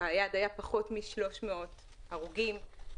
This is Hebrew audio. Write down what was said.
פחות מ-300 הרוגים.